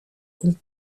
und